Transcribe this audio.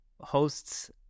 hosts